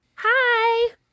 hi